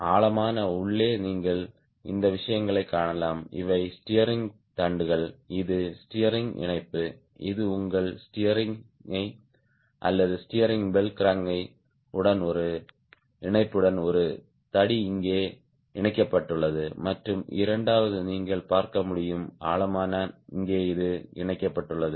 ஆழமான உள்ளே நீங்கள் இந்த விஷயங்களைக் காணலாம் இவை ஸ்டீயரிங் தண்டுகள் இது ஸ்டீயரிங் இணைப்பு இது உங்கள் ஸ்டீயரிங் கை அல்லது ஸ்டீயரிங் பெல் க்ராங்க் உடன் ஒரு இணைப்புடன் ஒரு தடி இங்கே இணைக்கப்பட்டுள்ளது மற்றும் இரண்டாவது நீங்கள் பார்க்க முடியும் ஆழமான இங்கே இது இணைக்கப்பட்டுள்ளது